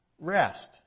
rest